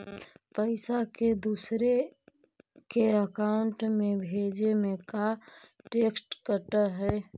पैसा के दूसरे के अकाउंट में भेजें में का टैक्स कट है?